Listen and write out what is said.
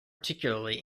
particularly